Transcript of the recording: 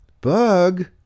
Bug